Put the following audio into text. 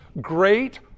great